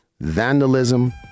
vandalism